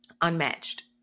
unmatched